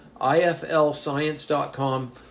iflscience.com